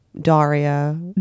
Daria